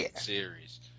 series